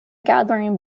gathering